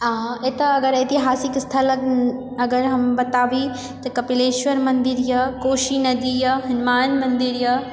आ एतए अगर ऐतिहासिक स्थलक अगर हम बताबी तऽ कपिलेश्वर मन्दिरए कोशी नदीए हनुमान मन्दिरए